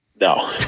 No